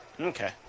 Okay